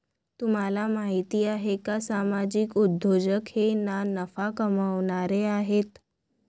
तुम्हाला माहिती आहे का सामाजिक उद्योजक हे ना नफा कमावणारे आहेत